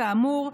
כאמור,